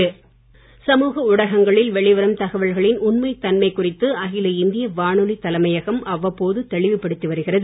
AIR Delhi சமூக ஊடகங்களில் வெளிவரும் தகவல்களின் உண்மை தன்மை குறித்து அகில இந்திய வானொலி தலைமையகம் அவ்வப்போது தெளிவுபடுத்தி வருகிறது